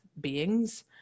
beings